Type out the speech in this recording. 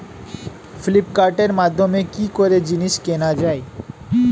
ফ্লিপকার্টের মাধ্যমে কি করে জিনিস কেনা যায়?